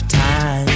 time